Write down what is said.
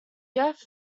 jeff